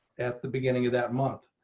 at the beginning of that month.